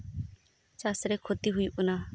ᱪᱟᱥ ᱨᱮ ᱠᱷᱚᱛᱤ ᱦᱩᱭᱩᱜ ᱠᱟᱱᱟ